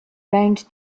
round